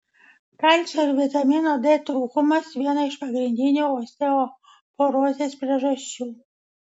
kalcio ir vitamino d trūkumas viena iš pagrindinių osteoporozės priežasčių